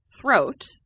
throat